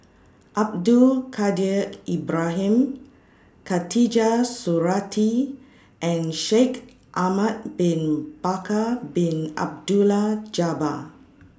Abdul Kadir Ibrahim Khatijah Surattee and Shaikh Ahmad Bin Bakar Bin Abdullah Jabbar